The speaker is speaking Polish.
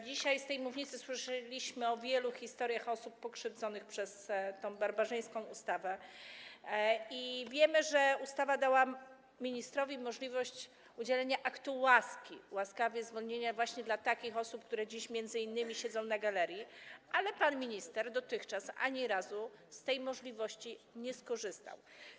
Dzisiaj z tej mównicy słyszeliśmy o wielu historiach osób pokrzywdzonych przez tę barbarzyńską ustawę i wiemy, że ustawa dała ministrowi możliwość udzielenia aktu łaski, łaskawego zwolnienia właśnie takim osobom, które dziś m.in. siedzą na galerii, ale pan minister dotychczas ani razu z tej możliwości nie skorzystał.